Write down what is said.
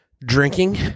drinking